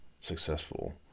successful